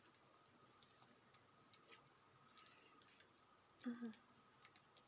mmhmm